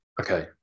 okay